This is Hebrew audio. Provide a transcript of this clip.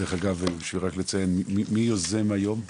דרך אגב, רק בשביל לציין - מי יזם את היום הזה?